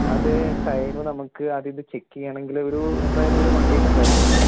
അത് ടൈമ് നമുക്ക് അതിൽ ചെക്ക് ചെയ്യുകയാണെങ്കിൽ ഒരു എന്തായാലും ഒരു വൺ വീക്ക് എന്തായാലും വരും